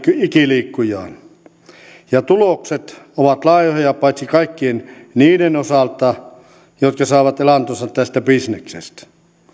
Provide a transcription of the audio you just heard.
ikiliikkujaan ja tulokset ovat laihoja paitsi kaikkien niiden osalta jotka saavat elantonsa tästä bisneksestä